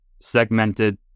segmented